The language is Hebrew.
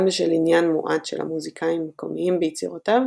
גם בשל עניין מועט של מוזיקאים מקומיים ביצירותיו